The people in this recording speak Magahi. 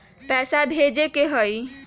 पैसा भेजे के हाइ?